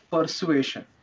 Persuasion